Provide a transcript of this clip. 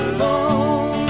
Alone